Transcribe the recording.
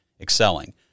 excelling